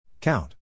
Count